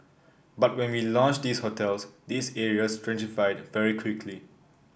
but when we launched these hotels these areas gentrified very quickly